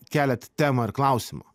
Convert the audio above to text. keliat temą ir klausimą